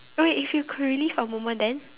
wait if you could relive a moment then